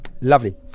Lovely